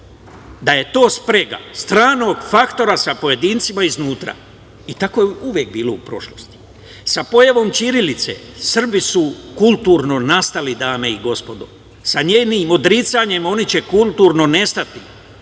da je to sprega stranog faktora sa pojedincima iznutra i tako je uvek bilo u prošlosti. Sa pojavom ćirilice Srbi su kulturno nastali, dame i gospodo. Sa njenim odricanjem, oni će kulturno nestati.